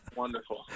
Wonderful